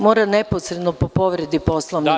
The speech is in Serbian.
Mora neposredno po povredi Poslovnika.